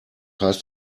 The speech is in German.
heißt